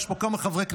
יש פה כמה חברי כנסת,